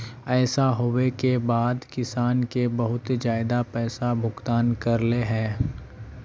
ऐसे होबे के बाद किसान के बहुत ज्यादा पैसा का भुगतान करले है?